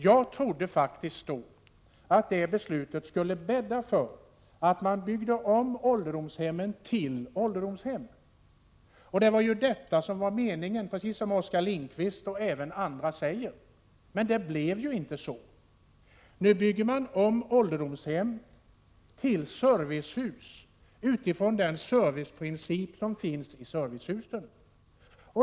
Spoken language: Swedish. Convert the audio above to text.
Jag trodde faktiskt då att det beslutet skulle bädda för att man byggde om ålderdomshemmen till ålderdomshem. Det var detta som var meningen, precis som Oskar Lindkvist och även andra säger. Men det blev inte så. Nu bygger man om ålderdomshem till servicehus, utifrån den serviceprincip som finns i servicehusen.